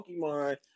Pokemon